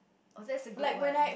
oh that's a good one